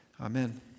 Amen